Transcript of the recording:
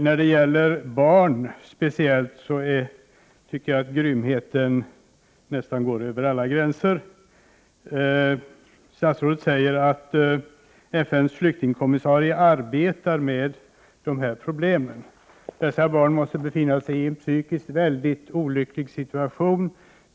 När det gäller speciellt barn tycker jag att grymheten nästan går över alla gränser. Statsrådet säger att FN:s flyktingkommissarie arbetar med dessa problem. Men barnen måste befinna sig i en psykiskt i väldigt olycklig situation.